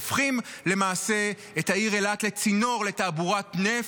הופכים למעשה את העיר אילת לצינור לתעבורת נפט.